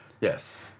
Yes